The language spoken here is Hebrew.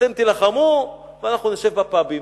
אתם תילחמו ואנחנו נשב בפאבים.